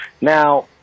Now